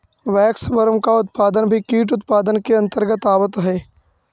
waxworm का उत्पादन भी कीट उत्पादन के अंतर्गत आवत है